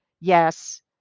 yes